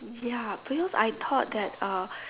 ya because I thought that uh